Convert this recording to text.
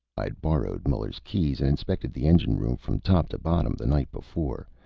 i'd borrowed muller's keys and inspected the engine room from, top to bottom the night before,